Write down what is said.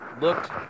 looked